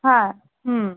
হ্যাঁ হুম